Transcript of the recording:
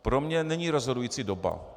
Pro mě není rozhodující doba.